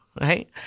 Right